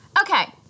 Okay